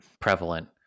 prevalent